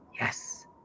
Yes